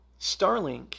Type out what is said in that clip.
Starlink